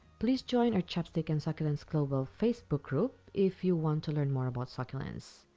please join our chopstick and succulents global facebook group if you want to learn more about succulents.